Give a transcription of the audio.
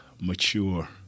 mature